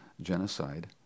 genocide